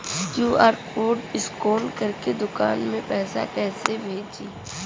QR code scan करके दुकान में पैसा कइसे भेजी?